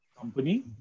company